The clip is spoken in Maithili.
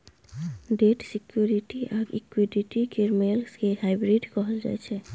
डेट सिक्युरिटी आ इक्विटी केर मेल केँ हाइब्रिड कहल जाइ छै